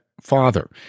father